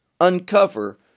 uncover